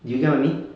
you get what I mean